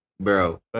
bro